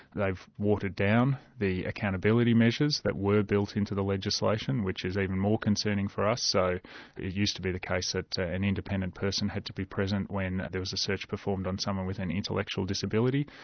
they've watered down the accountability measures that were built into the legislation which is even more concerning for us, so it used to be the case that an independent person had to be present when there was a search performed on someone with an intellectual disability.